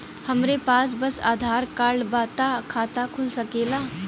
हमरे पास बस आधार कार्ड बा त खाता खुल सकेला?